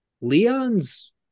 Leon's